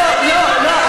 לא, לא, לא.